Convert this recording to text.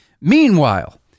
Meanwhile